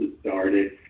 started